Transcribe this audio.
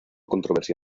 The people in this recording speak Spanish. controversia